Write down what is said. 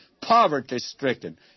poverty-stricken